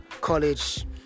college